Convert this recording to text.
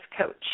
coach